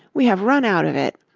we have run out of it.